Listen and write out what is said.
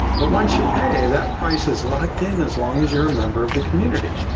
but once you pay, that price is locked in as long as you're a member of the community